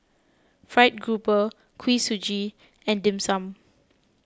Fried Grouper Kuih Suji and Dim Sum